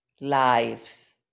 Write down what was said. lives